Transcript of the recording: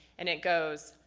and it goes,